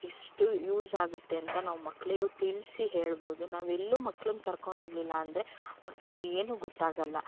ಇಷ್ಟು ಯೂಸ್ ಆಗುತ್ತೆ ಅಂತ ನಾವು ಮಕ್ಕಳಿಗು ತಿಳಿಸಿ ಹೇಳ್ಬೋದ ನಾವೆಲ್ಲೂ ಮಕ್ಳುನ್ನ ಕರ್ಕೊಂಡು ಹೋಗಲಿಲ್ಲ ಅಂದರೆ ಮಕ್ಕಳಿಗೆ ಏನು ಗೊತ್ತಾಗೋಲ್ಲ